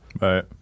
Right